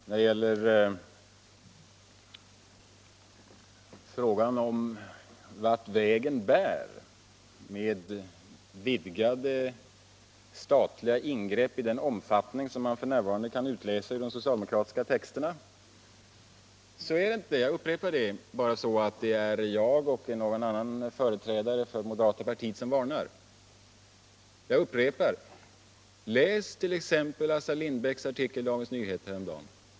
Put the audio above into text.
När det gäller frågan om vart vägen bär med vidgade statliga ingrepp i den omfattning som man f.n. kan utläsa ur de socialdemokratiska texterna, är det inte bara jag och någon annan företrädare för moderata samlingspartiet som varnar. Jag upprepar: Läs t.ex. Assar Lindbecks artikel i Dagens Nyheter häromdagen!